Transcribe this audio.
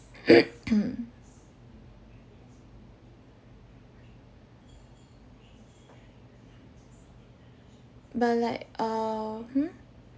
but like err hmm